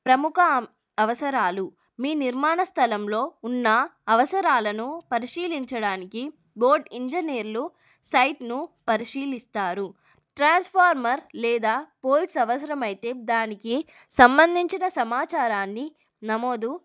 ప్రముఖ అవసరాలు మీ నిర్మాణ స్థలంలో ఉన్న అవసరాలను పరిశీలించడానికి బోర్డ్ ఇంజనీర్లు సైట్ను పరిశీలిస్తారు ట్రాన్స్ఫార్మర్ లేదా పోల్స్ అవసరమైతే దానికి సంబంధించిన సమాచారాన్ని నమోదు